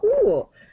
cool